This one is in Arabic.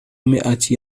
مئة